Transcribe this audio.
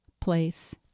place